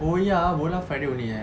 oh ya bola friday only eh